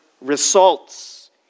results